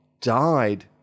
died